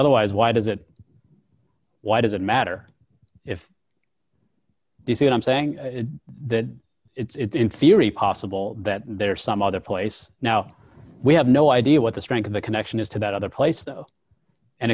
otherwise why does it why does it matter if b c i'm saying that it's in theory possible that there are some other place now we have no idea what the strength of the connection is to that other place though and